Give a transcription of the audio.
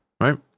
right